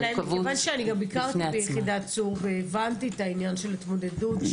אבל מכוון שאני גם ביקרתי ביחידת צור והבנתי את העניין של התמודדות,